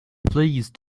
please